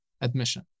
admission